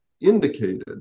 indicated